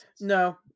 No